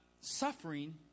suffering